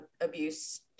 abuse